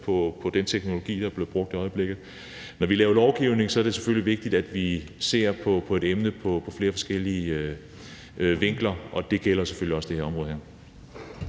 på den teknologi, der bliver brugt. Når vi laver lovgivning, er det selvfølgelig vigtigt, at vi ser emnet fra flere forskellige vinkler, og det gælder selvfølgelig også det her område.